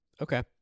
Okay